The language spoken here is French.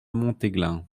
montéglin